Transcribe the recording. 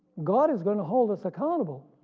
god is gonna hold us accountable